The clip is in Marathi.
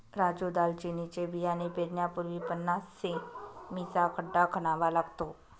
राजू दालचिनीचे बियाणे पेरण्यापूर्वी पन्नास सें.मी चा खड्डा खणावा लागतो